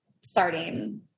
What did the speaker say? starting